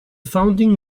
founding